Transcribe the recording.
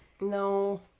No